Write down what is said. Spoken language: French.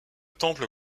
temple